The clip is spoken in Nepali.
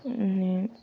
अनि